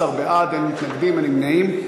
14 בעד, אין מתנגדים ואין נמנעים.